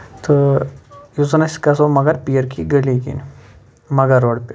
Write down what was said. تہٕ یُس زَن أسۍ گژھو مَگر پیٖر کی گٔلی کِنۍ مغل روڈ پٮ۪ٹھ